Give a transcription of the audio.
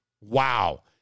Wow